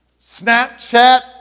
Snapchat